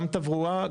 גם תברואה,